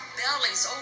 bellies